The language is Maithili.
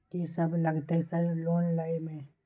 कि सब लगतै सर लोन लय में?